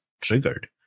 triggered